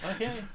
okay